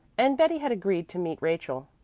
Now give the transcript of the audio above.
and betty had agreed to meet rachel.